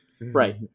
Right